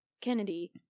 Kennedy